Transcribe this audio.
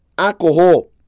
Alcohol